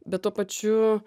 bet tuo pačiu